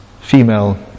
female